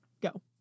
go